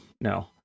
no